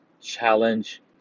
challenge